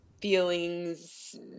feelings